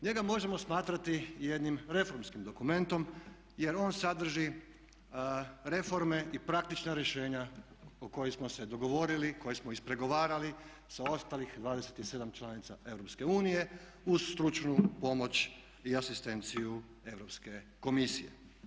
Njega možemo smatrati jednim reformskim dokumentom jer on sadrži reforme i praktična rješenja o kojima smo se dogovorili, koje smo ispregovarali sa ostalih 27 članica EU uz stručnu pomoć i asistenciju Europske komisije.